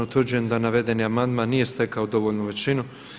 Utvrđujem da navedeni amandman nije stekao dovoljnu većinu.